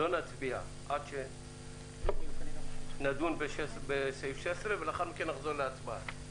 נצביע עד שנדון בסעיף 16, לאחר מכן נחזור להצבעה.